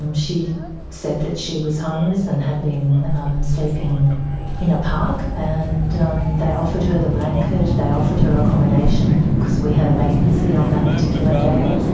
um she said that she was homeless and had been sleeping in a park, and um they offered her the blanket, they offered her accommodation because we had a vacancy on that particular day.